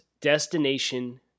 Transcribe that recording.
destination